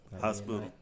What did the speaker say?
Hospital